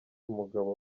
umugabo